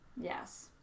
Yes